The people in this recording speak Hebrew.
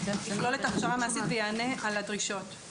יכלול את ההכשרה המעשית ויענה לדרישות.